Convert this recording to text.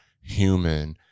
human